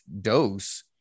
dose